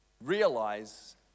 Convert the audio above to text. realize